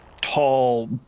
tall